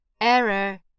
Error